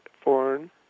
Foreign